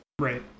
Right